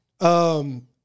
Um-